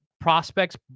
prospects